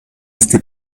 este